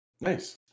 nice